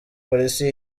polisi